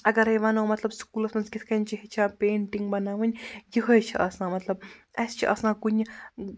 اَگَرَے وَنو مطلب سُکوٗلَس منٛز کِتھ کٔنۍ چھِ ہیٚچھان پیٚنٹِنٛگ بَناوٕنۍ یِہوٚے چھِ آسان مطلب اَسہِ چھِ آسان کُنہِ